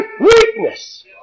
weakness